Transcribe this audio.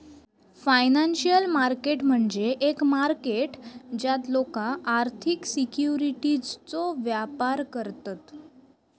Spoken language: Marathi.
फायनान्शियल मार्केट म्हणजे एक मार्केट ज्यात लोका आर्थिक सिक्युरिटीजचो व्यापार करतत